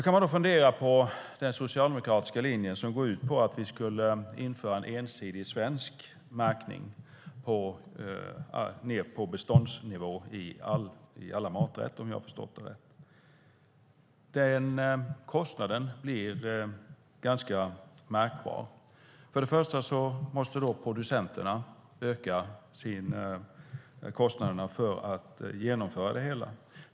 Man kan fundera på den socialdemokratiska linjen som går ut på att vi skulle införa en ensidig svensk märkning ned på beståndsnivå i alla maträtter, om jag har förstått det rätt. Den kostnaden blir ganska märkbar. Först och främst måste producenterna öka kostnaderna för att genomföra det hela.